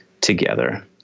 together